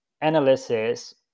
analysis